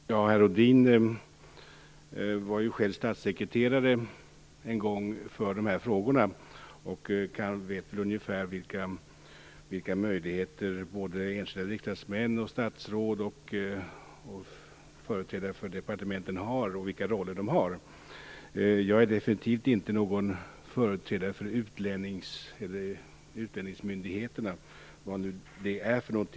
Herr talman! Herr Rohdin var ju själv en gång statssekreterare för dessa frågor och vet väl ungefär vilka möjligheter och roller enskilda riksdagsmän, statsråd och företrädare för departementen har. Jag är definitivt inte någon företrädare för utlänningsmyndigheterna, vad nu det är för något.